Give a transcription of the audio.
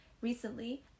recently